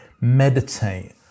meditate